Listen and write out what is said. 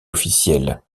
officielle